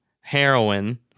heroin